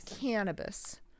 cannabis